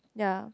ya